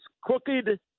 crooked